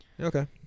Okay